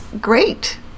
great